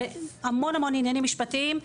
המון עניינים משפטיים.